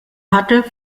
hatte